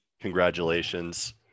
Congratulations